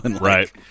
Right